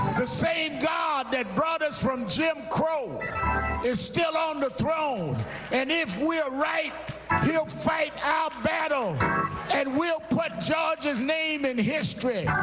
the same god that brought us from jim crow is still on the throne and if we're right he'll fight our battle and we'll put george's name in history.